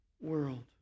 world